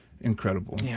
incredible